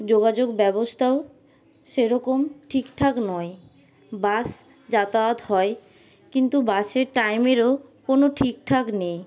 যোগাযোগ ব্যবস্থাও সেরকম ঠিকঠাক নয় বাস যাতায়াত হয় কিন্তু বাসে টাইমেরও কোনো ঠিকঠাক নেই